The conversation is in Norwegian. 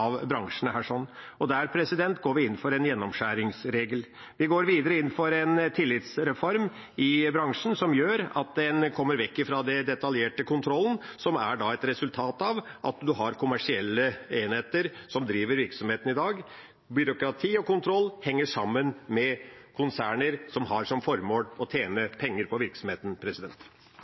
Der går vi inn for en gjennomskjæringsregel. Vi går videre inn for en tillitsreform i bransjen som gjør at en kommer vekk fra den detaljerte kontrollen, som er et resultat av at en har kommersielle enheter som driver virksomheten i dag. Byråkrati og kontroll henger sammen med konserner som har som formål å tjene penger på virksomheten.